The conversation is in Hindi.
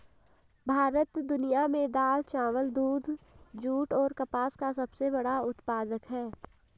भारत दुनिया में दाल, चावल, दूध, जूट और कपास का सबसे बड़ा उत्पादक है